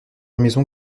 maison